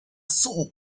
soul